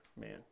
man